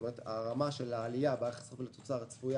כלומר הרמה של העלייה ביחס חוב תוצר הצפויה